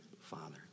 father